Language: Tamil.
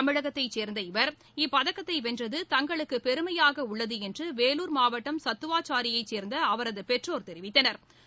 தமிழகத்தைச்சேர்ந்த இவர் இப்பதக்கத்தை வென்றது தங்களுக்கு பெருமையாக உள்ளது என்று வேலூர் மாவட்டம் சத்வாச்சாரியைச் சேர்ந்த அவரது பெற்றோர் தெரிவித்தனா்